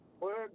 Work